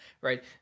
Right